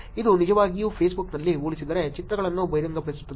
ಇದು ನಿಜವಾಗಿಯೂ ಫೇಸ್ಬುಕ್ನಲ್ಲಿ ಹೋಲಿಸಿದರೆ ಚಿತ್ರಗಳನ್ನು ಬಹಿರಂಗಪಡಿಸುತ್ತದೆ